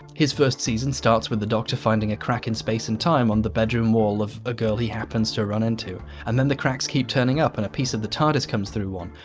his first season starts with the doctor finding a crack in space and time on the bedroom wall of a girl he happens to run into. and then the cracks keep turning up and a piece of the tardis comes through one.